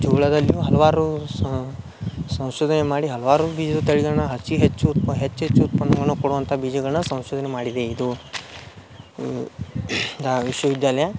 ಜೋಳದಲ್ಲಿಯೂ ಹಲವಾರು ಸಂಶೋಧನೆ ಮಾಡಿ ಹಲವಾರು ಬೀಜದ ತಳಿಗಳನ್ನ ಅತಿ ಹೆಚ್ಚು ಉತ್ಪ ಹೆಚ್ಚೆಚ್ಚು ಉತ್ಪನ್ನಗಳನ್ನು ಕೊಡುವಂಥ ಬೀಜಗಳನ್ನು ಸಂಶೋಧನೆ ಮಾಡಿದೆ ಇದು ವಿಶ್ವ ವಿದ್ಯಾಲಯ